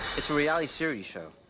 it's a reality series show,